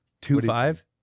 Two-five